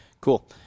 cool